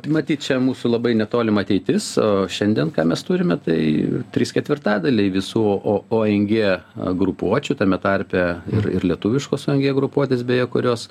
matyt čia mūsų labai netolima ateitis o šiandien ką mes turime tai trys ketvirtadaliai visų o o ong grupuočių tame tarpe ir ir lietuviškos ong grupuotės beje kurios